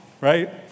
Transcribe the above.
right